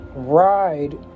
Ride